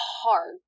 hard